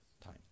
time